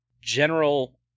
General